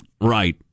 Right